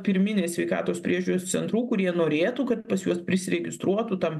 pirminės sveikatos priežiūros centrų kurie norėtų kad pas juos prisiregistruotų tam